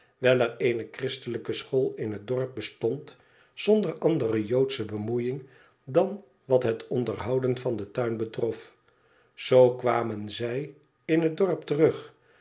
er eene christelijke school in het dorp bestond zonder andere joodsche bemoeiing dan wat het onderhouden van den tuin betrof zoo kwamen zij in het dorp terug